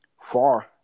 far